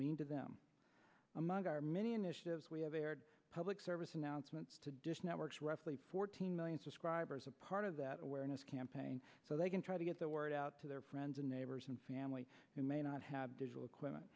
mean to them among our many initiatives we have a public service announcement to dish network roughly fourteen million subscribers a part of that awareness campaign so they can try to get the word out to their friends and neighbors and family who may not have the equipment